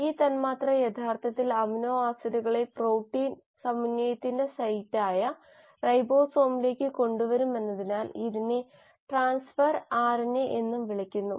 ഈ തന്മാത്ര യഥാർത്ഥത്തിൽ അമിനോ ആസിഡുകളെ പ്രോട്ടീൻ സമന്വയത്തിന്റെ സൈറ്റായ റൈബോസോമിലേക്ക് കൊണ്ടുവരുമെന്നതിനാൽ ഇതിനെ ട്രാൻസ്ഫർ ആർഎൻഎ എന്നും വിളിക്കുന്നു